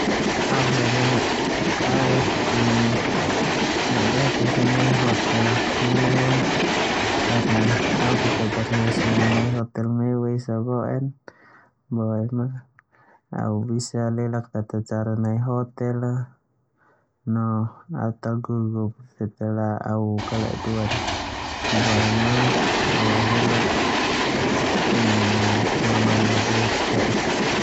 Au hele ledodaek au sungu nai hotel mewah karna au beta pernah sungu nai hotel mewah esa bo'en no au bisa alelak tata cara nai hotel boema au ta gugup kalau au u kala'e duan a no au alelalj mamanak fe'ek.